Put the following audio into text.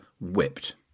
whipped